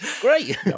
Great